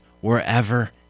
wherever